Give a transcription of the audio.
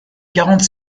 quarante